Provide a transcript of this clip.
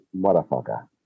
motherfucker